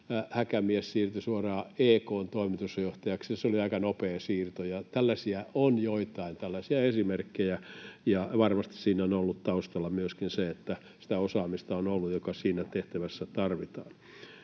Häkämies siirtyi suoraan EK:n toimitusjohtajaksi, ja se oli aika nopea siirto, ja on joitain tällaisia esimerkkejä ja varmasti siinä on ollut taustalla myöskin se, että on ollut sitä osaamista, mitä siinä tehtävässä tarvitaan.